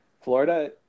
Florida